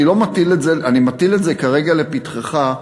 אני מטיל את זה כרגע לפתחך,